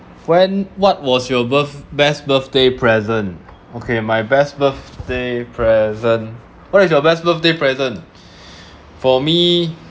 when what was your birth~ best birthday present okay my best birthday present what is your best birthday present for me